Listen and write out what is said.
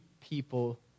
people